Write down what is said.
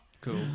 Cool